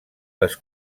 les